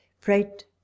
freight